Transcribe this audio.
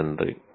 மிக்க நன்றி